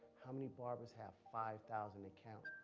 how many barbers have five thousand account?